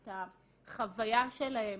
את החוויה שלהם,